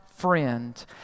friend